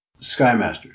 Skymasters